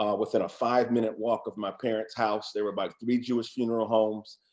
um within a five-minute walk of my parents house, there were about three jewish funeral homes,